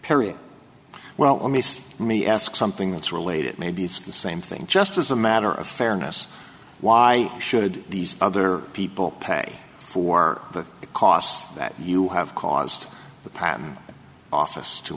period well miss me ask something that's related maybe it's the same thing just as a matter of fairness why should these other people pay for the cost that you have caused the problem office to